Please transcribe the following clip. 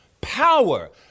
Power